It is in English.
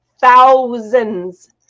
thousands